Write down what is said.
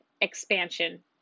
Expansion